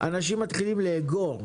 אנשים מתחילים לאגור,